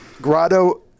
grotto